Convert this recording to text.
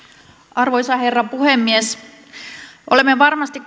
arvoisa herra puhemies olemme varmasti